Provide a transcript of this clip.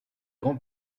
grands